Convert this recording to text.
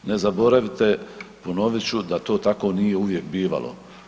Ne zaboravite, ponovit ću, da to tako nije uvijek bivalo.